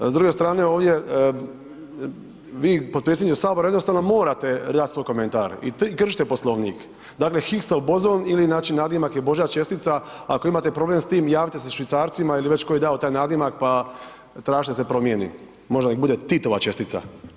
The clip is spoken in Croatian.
S druge strane ovdje vi potpredsjedniče sabora jednostavno morate dat svoj komentar i kršite Poslovnik, dakle Huggsov bozon ili znači nadimak je božja čestica, ako imate problem s tim javite se Švicarcima ili već ko je dao taj nadimak pa tražite da se promijeni, možda nek bude Titova čestica.